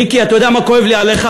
מיקי, אתה יודע מה כואב לי עליך?